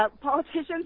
Politicians